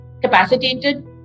capacitated